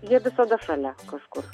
jie visada šalia kažkur